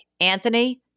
anthony